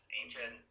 ancient